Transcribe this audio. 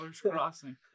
Crossing